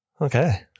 Okay